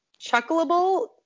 chuckleable